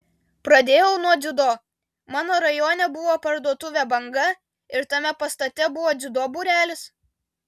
pradėjau nuo dziudo mano rajone buvo parduotuvė banga ir tame pastate buvo dziudo būrelis